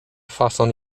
fason